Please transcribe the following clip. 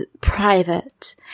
private